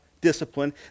discipline